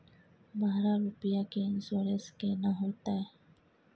बारह रुपिया के इन्सुरेंस केना होतै?